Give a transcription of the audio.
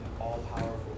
all-powerful